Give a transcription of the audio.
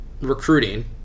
recruiting